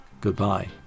goodbye